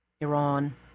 Iran